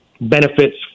benefits